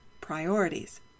priorities